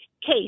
case